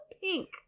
pink